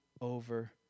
over